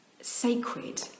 sacred